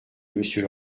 monsieur